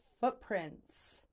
footprints